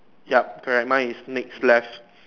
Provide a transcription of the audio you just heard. ya correct mine is next left